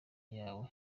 yawe